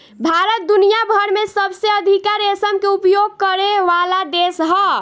भारत दुनिया भर में सबसे अधिका रेशम के उपयोग करेवाला देश ह